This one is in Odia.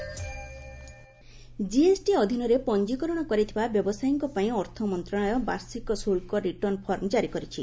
ଜିଏସ୍ଟି ରିଟର୍ଣ୍ଣ ଜିଏସ୍ଟି ଅଧୀନରେ ପଞ୍ଜିକରଣ କରିଥିବା ବ୍ୟବସାୟୀଙ୍କ ପାଇଁ ଅର୍ଥମନ୍ତ୍ରଣାଳୟ ବାର୍ଷିକ ଶୁଳ୍କ ରିଟର୍ଣ୍ଣ ଫର୍ମ କାରି କରିଛି